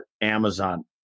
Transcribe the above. Amazon